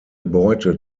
beute